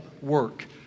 work